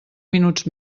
minuts